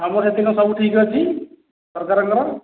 ଆମର ସେଠି କ'ଣ ସବୁ ଠିକ୍ ଅଛି ସରକାରଙ୍କର